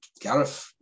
Gareth